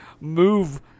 move